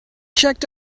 checked